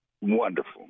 wonderful